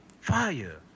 Fire